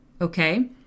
okay